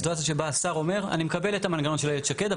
סיטואציה שבה השר אומר אני מקבל את המנגנון של איילת שקד,